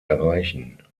erreichen